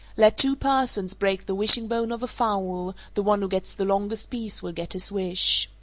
let two persons break the wishing-bone of a fowl the one who gets the longest piece will get his wish.